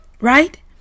right